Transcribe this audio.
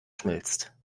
schmilzt